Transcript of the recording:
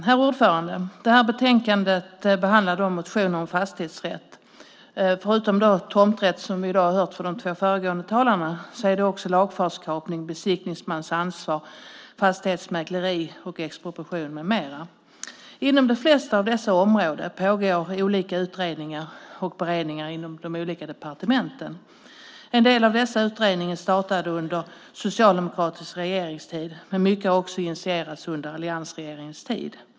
Herr talman! Betänkandet behandlar motioner om fastighetsrätt. Förutom tomträtter, som vi i dag har hört från de två föregående talarna, behandlar det också lagfartskapning, besiktningsmans ansvar, fastighetsmäkleri, expropriation med mera. Inom de flesta av dessa områden pågår olika utredningar och beredningar inom de olika departementen. En del av dessa utredningar startade under socialdemokratisk regeringstid, men mycket har också initierats under alliansregeringens tid.